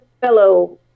fellow